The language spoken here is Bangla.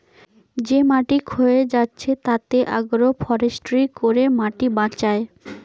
যে মাটি ক্ষয়ে যাচ্ছে তাতে আগ্রো ফরেষ্ট্রী করে মাটি বাঁচায়